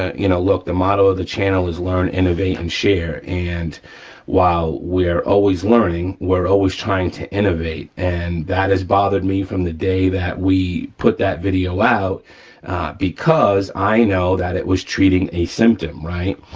ah you know look, the motto of the channel is learn, innovate and share, and while we are always learning, we're always trying to innovate and that has bothered me from the day that we put that video out because i know that it was treating a symptom, right.